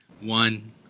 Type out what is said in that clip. one